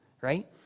right